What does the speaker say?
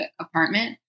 apartment